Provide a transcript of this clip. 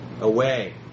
away